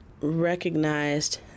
recognized